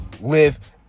live